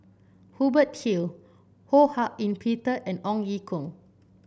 Hubert Hill Ho Hak Ean Peter and Ong Ye Kung